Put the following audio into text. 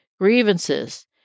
grievances